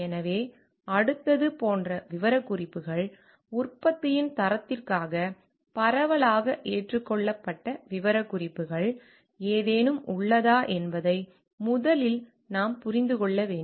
எனவே அடுத்தது போன்ற விவரக்குறிப்புகள் உற்பத்தியின் தரத்திற்காக பரவலாக ஏற்றுக்கொள்ளப்பட்ட விவரக்குறிப்புகள் ஏதேனும் உள்ளதா என்பதை முதலில் நாம் புரிந்து கொள்ள வேண்டும்